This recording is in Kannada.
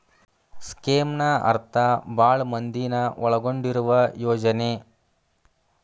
ಸ್ಕೇಮ್ನ ಅರ್ಥ ಭಾಳ್ ಮಂದಿನ ಒಳಗೊಂಡಿರುವ ಯೋಜನೆ